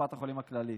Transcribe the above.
לקופת החולים הכללית?